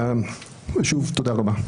תודה רבה.